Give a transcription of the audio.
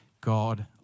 God